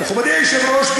מכובדי היושב-ראש,